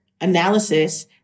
analysis